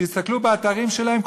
תסתכלו באתרים שלהם,